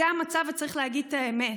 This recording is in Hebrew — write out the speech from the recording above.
זה המצב, וצריך להגיד את האמת.